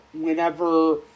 whenever